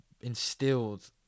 instilled